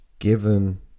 Given